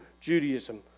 Judaism